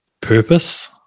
purpose